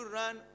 run